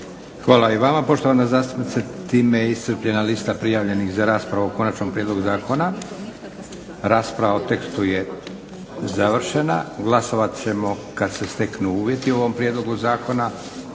Hvala i vama poštovana zastupnice. Time je iscrpljena lista prijavljenih za raspravu o konačnom prijedlogu zakona. Rasprava o tekstu je završena. Glasovat ćemo kad se steknu uvjeti o ovom prijedlogu zakona.